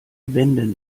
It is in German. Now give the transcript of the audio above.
wenden